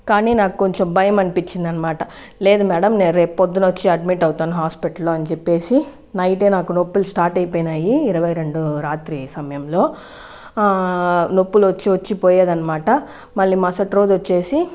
కానీ నాకు కొంచెం భయం అనిపించింది అన్నమాట లేదు మేడం నేను రేపు పొద్దున వచ్చి అడ్మిట్ అవుతాను హాస్పిటల్లో అని చెప్పేసి నైట్ ఏ నాకు నొప్పులు స్టార్ట్ అయిపోయినాయి ఇరవై రెండు రాత్రి సమయంలో నొప్పులు వచ్చి వచ్చి పోయేది అన్నమాట మళ్ళీ మరుసటి రోజు వచ్చేసి